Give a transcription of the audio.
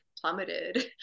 plummeted